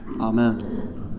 Amen